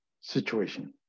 situation